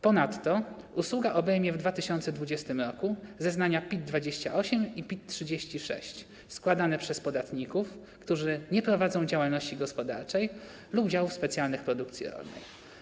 Ponadto usługa obejmie w 2020 r. zeznania PIT-28 i PIT-36 składane przez podatników, którzy nie prowadzą działalności gospodarczej lub działów specjalnych produkcji rolnej.